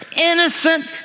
innocent